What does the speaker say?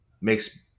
makes